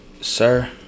Sir